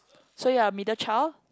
so you are middle child